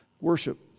Worship